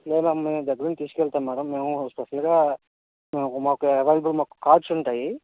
లేదా మేము దగ్గర ఉంది తీసుకెళతాము మేడమ్ మేము స్పెషల్గా మా మాకు అవైలబుల్ మాకు కార్డ్స్ ఉంటాయి